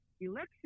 election